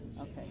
okay